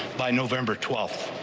by november twelfth.